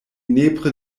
nepre